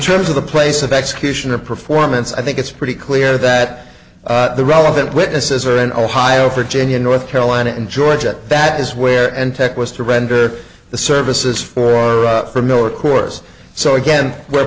terms of the place of execution or performance i think it's pretty clear that the relevant witnesses are in ohio virginia north carolina and georgia that is where antec was to render the services for for miller coors so again where